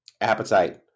appetite